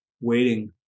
waiting